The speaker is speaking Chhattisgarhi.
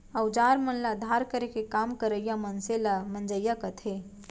अउजार मन ल धार करे के काम करइया मनसे ल मंजइया कथें